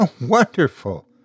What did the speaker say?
wonderful